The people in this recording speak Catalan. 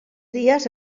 dies